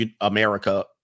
America